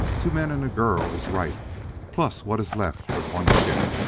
two men and a girl is right plus what is left of one ship.